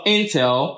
Intel